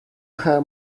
her